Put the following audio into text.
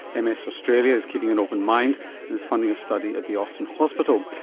and ms australia is keeping an open mind and is funding a study at the austin hospital.